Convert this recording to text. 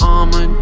I'ma